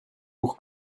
pour